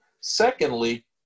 Secondly